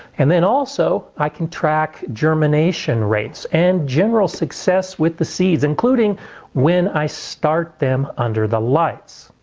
and then also i can track germination rates and general success with the seeds, including when i start them under the lights.